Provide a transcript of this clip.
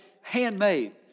handmade